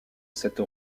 cette